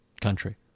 country